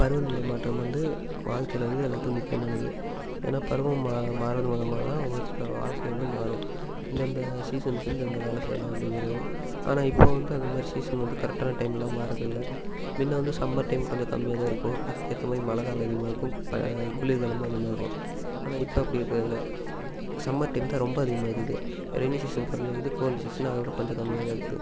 பருவநிலை மாற்றம் வந்து வாழ்க்கையில் வந்து எல்லாத்துக்கும் முக்கியமானது ஏன்னால் பருவம் மா மாறுறது மூலமாக தான் ஒவ்வொருத்தரோடய வாழ்க்கை வந்து மாறும் இந்தெந்த சீசனுக்கு இந்தெந்த வேலை செய்யலாம் அப்படிங்கிறது ஆனால் இப்போது வந்து அந்த மாதிரி சீசன் வந்து கரெக்டான டைமில் மாறதில்லை முன்ன வந்து சம்மர் டைம் கொஞ்சம் கம்மியாக தான் இருக்கும் அதுக்கேற்ற மாதிரி மழை காலம் அதிகமாக இருக்கும் இப்போ குளிர் காலமும் அதிகமாக இருக்கும் ஆனால் இப்போது அப்படி இருக்கிறதில்லை சம்மர் டைம் தான் ரொம்ப அதிகமாக இருக்குது ரெய்னி சீசன் கம்மியாக இருக்குது கோல்டு சீசனு அதோடு கொஞ்சம் கம்மியாக தான் இருக்குது